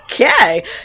okay